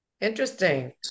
interesting